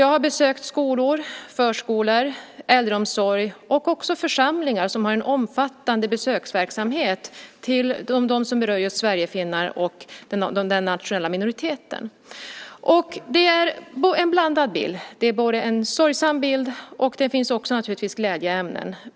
Jag har besökt skolor, förskolor, äldreomsorg samt församlingar; församlingarna har en omfattande besöksverksamhet för just sverigefinnarna, för den nationella minoriteten. Den bild jag då får är blandad. Där finns både sorgesamma inslag och naturligtvis också glädjeämnen.